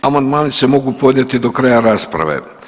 Amandmani se mogu podnijeti do kraja rasprave.